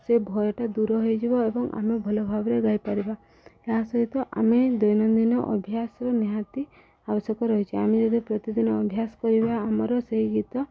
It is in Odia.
ସେ ଭୟଟା ଦୂର ହେଇଯିବ ଏବଂ ଆମେ ଭଲ ଭାବରେ ଗାଇପାରିବା ଏହା ସହିତ ଆମେ ଦୈନନ୍ଦିନ ଅଭ୍ୟାସର ନିହାତି ଆବଶ୍ୟକ ରହିଛି ଆମେ ଯଦି ପ୍ରତିଦିନ ଅଭ୍ୟାସ କରିବା ଆମର ସେଇ ଗୀତ